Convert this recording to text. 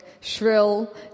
Shrill